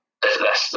thats